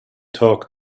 talk